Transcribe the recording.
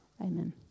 Amen